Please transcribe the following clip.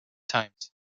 times